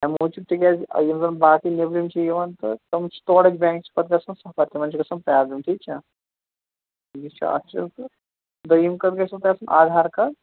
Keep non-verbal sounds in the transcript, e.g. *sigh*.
امہِ موجوٗب تِکیٛازِ یِم زَنہٕ باقٕے نیٚبرِم چھِ یِوان تہٕ تٕم چھِ تورٕکۍ بیٚنگ چھِ پتہٕ گژھان سفر تِمَن چھِ گژھان پرابلِم ٹھیٖک چھا یہِ چھِ اَتھ چھِ *unintelligible* دوٚیِم کَتھ گژھِو تۄہہِ آسٕنۍ آدھار کارڈ